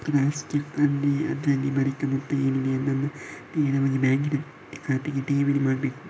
crossed cheque ಆದ್ರೆ ಅದ್ರಲ್ಲಿ ಬರೆದ ಮೊತ್ತ ಏನಿದೆ ಅದನ್ನ ನೇರವಾಗಿ ಬ್ಯಾಂಕಿನ ಖಾತೆಗೆ ಠೇವಣಿ ಮಾಡ್ಬೇಕು